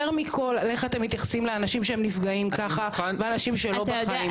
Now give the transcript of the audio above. יותר מכול על איך אתם מתייחסים לאנשים שנפגעים ככה ועל אנשים שלא בחיים.